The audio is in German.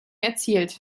erzielt